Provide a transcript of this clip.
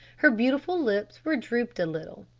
her beautiful lips were drooped a little.